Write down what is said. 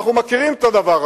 אנחנו מכירים את הדבר הזה.